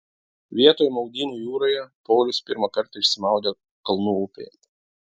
vietoj maudynių jūroje paulius pirmą kartą išsimaudė kalnų upėje